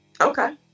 Okay